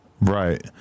Right